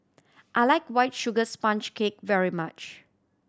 I like White Sugar Sponge Cake very much